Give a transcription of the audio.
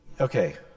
Okay